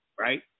right